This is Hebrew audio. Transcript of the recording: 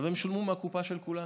הם שולמו מהקופה של כולנו,